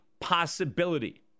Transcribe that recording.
possibility